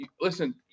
Listen